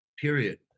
period